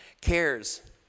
cares